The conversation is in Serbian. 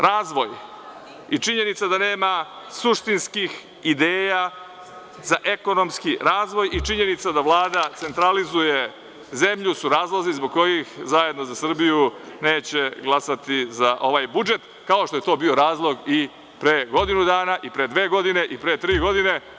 Razvoj i činjenica da nema suštinskih ideja za ekonomski razvoj i činjenica da Vlada centralizuje zemlju su razlozi zbog kojih Zajedno za Srbiju neće glasati za ovaj budžet, kao što je to bio razlog i pre godinu dana i pre dve godine i pre tri godine.